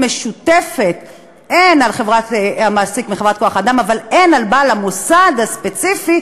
משותפת הן על המעסיק מחברת כוח-האדם והן על בעל המוסד הספציפי,